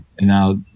now